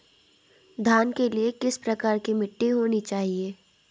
धान के लिए किस प्रकार की मिट्टी होनी चाहिए?